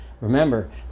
remember